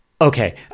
okay